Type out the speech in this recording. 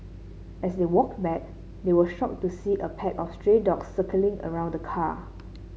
as they walked back they were shocked to see a pack of stray dogs circling around the car